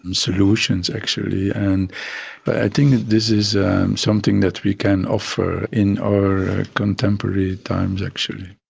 and solutions actually. and but i think this is something that we can offer in our contemporary times actually.